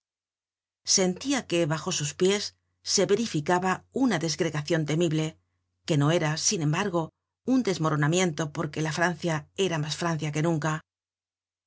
sentia que bajo sus pies se verificaba una desgregacion temible que no era sin embargo un desmoronamiento porque la francia era mas francia que nunca